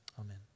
amen